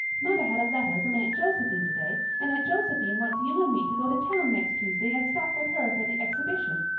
mother had a letter from aunt josephine today, and aunt josephine wants you and me to go to town next tuesday and stop with her for the exhibition.